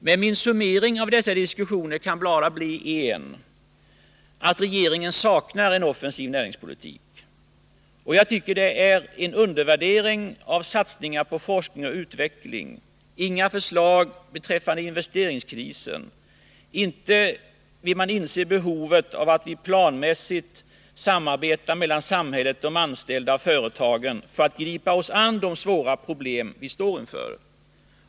Men min summering av dessa diskussioner kan bara bli en: att regeringen saknar en offensiv näringspolitik. Jag tycker att man undervärderar satsningar på forskning och utveckling. Det finns inga förslag beträffande investeringskrisen, och man vill inte inse behovet av samarbete mellan samhället, de anställda och företagen för att vi skall kunna gripa oss an med de svåra problem vi står inför.